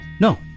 No